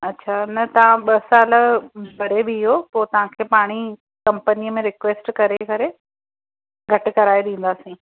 अच्छा न तव्हां ॿ साल भरे वियो पोइ तव्हांखे पाणे ई कंपनीअ में रिक्वेस्ट करे करे घटि कराए ॾींदासीं